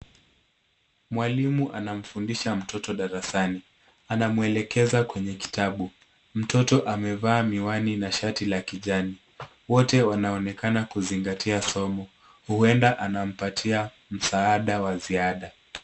Mwalimu anamfundisha mtoto darasani. Anamwelekeza kwenye kitabu. Mtoto amevaa miwani na shati la kijani. Wote wanaonekana kuzingatia somo, huenda anampatia msaada wa ziada.